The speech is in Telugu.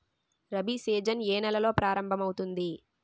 రబి సీజన్ ఏ నెలలో ప్రారంభమౌతుంది?